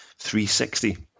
360